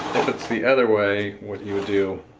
if it's the other way what you would do,